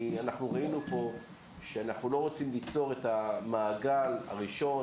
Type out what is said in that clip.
כי ראינו פה שאנחנו לא רוצים ליצור את המעגל הראשון,